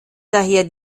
daher